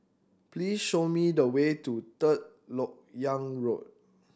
please show me the way to Third Lok Yang Road